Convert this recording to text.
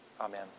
amen